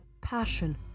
passion